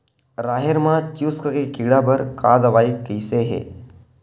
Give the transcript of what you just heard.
राहेर म चुस्क के कीड़ा बर का दवाई कइसे ही?